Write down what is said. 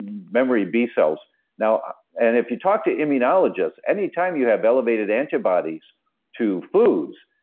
memory b cells now, and if you talk to immunologist, any time you have elevated antibodies to foods,